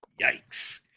Yikes